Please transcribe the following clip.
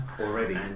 Already